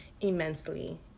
immensely